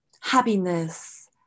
happiness